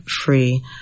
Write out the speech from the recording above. free